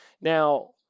Now